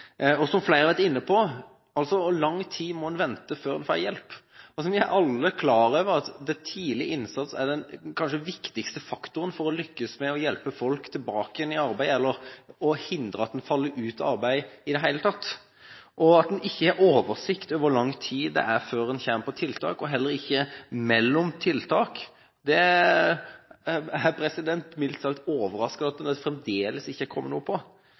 tid. Som flere har vært inne på: Hvor lang tid må en vente før en får hjelp? Vi er jo alle klar over at tidlig innsats er den kanskje viktigste faktoren for å lykkes med å hjelpe folk tilbake i arbeid, eller til å hindre at en faller ut av arbeid i det hele tatt. Og det at en ikke har oversikt over hvor lang tid det er før en kommer på tiltak, og heller ikke mellom tiltak, er jeg mildt sagt overrasket over at det fremdeles ikke kommer noe på.